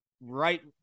right